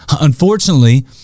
Unfortunately